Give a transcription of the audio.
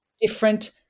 different